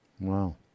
Wow